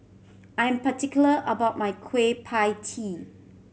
I am particular about my Kueh Pie Tee